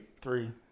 Three